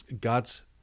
God's